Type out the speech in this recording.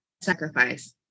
sacrifice